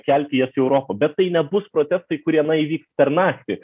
kelti jas į europą bet tai nebus procesai kurie na įvyks per naktį